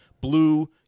Blue